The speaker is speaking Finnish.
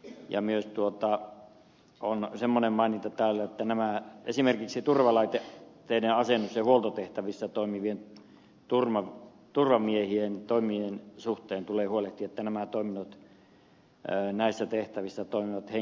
täällä on myös semmoinen maininta että esimerkiksi turvalaitteiden asennus ja huoltotehtävissä toimivien turvamiehien toimien suhteen tulee huolehtia että näissä tehtävissä toimivat